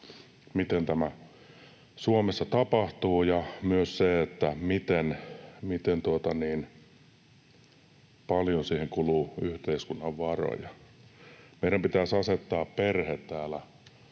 miten tämä Suomessa tapahtuu ja myös miten paljon siihen kuluu yhteiskunnan varoja. Meidän pitäisi asettaa perhe täällä